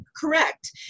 correct